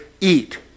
eat